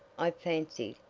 i fancied,